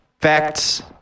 facts